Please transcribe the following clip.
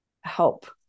help